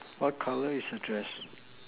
what colour is her dress